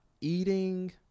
eating